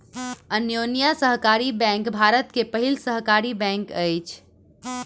अन्योन्या सहकारी बैंक भारत के पहिल सहकारी बैंक अछि